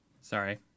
sorry